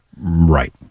Right